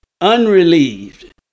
unrelieved